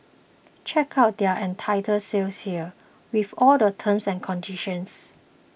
check out their entire sale here with all the terms and conditions